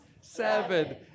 seven